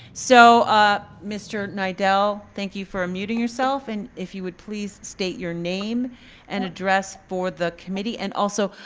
so mr. nidel, thank you for muting yourself. and if you would please state your name and address for the committee and also.